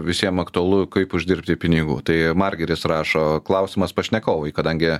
visiem aktualu kaip uždirbti pinigų tai margiris rašo klausimas pašnekovui kadangi